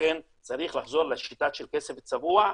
לכן צריך לחזור לשיטה של כסף צבוע,